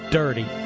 dirty